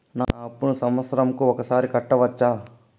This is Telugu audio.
నా అప్పును సంవత్సరంకు ఒకసారి కట్టవచ్చా?